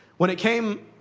when it came